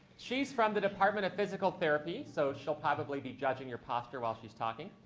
she's from the department of physical therapy. so she'll probably be judging your posture while she's talking.